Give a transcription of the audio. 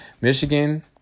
Michigan